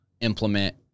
implement